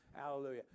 Hallelujah